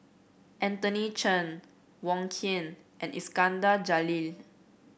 Anthony Chen Wong Keen and Iskandar Jalil